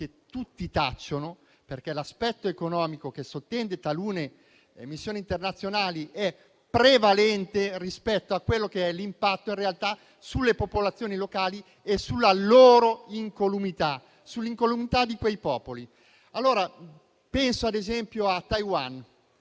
tutti tacciono, perché l'aspetto economico che sottende talune missioni internazionali è prevalente rispetto all'impatto sulle popolazioni locali e sulla loro incolumità, sull'incolumità di quei popoli. Penso ad esempio a Taiwan.